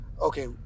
Okay